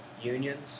unions